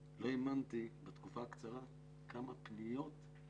לא האמנתי כשראיתי כמה פניות קיבלנו בתקופה הקצרה הזאת.